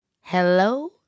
Hello